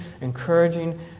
encouraging